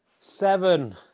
seven